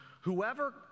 whoever